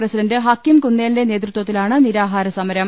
president ഹക്കിംകുന്നേലിന്റെ നേതൃത്വത്തിലാണ് നിരാഹാ രസമരം